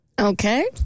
Okay